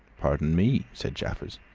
pardon me, said jaffers.